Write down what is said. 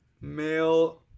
Male